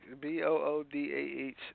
B-O-O-D-A-H